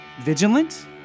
vigilant